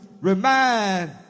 remind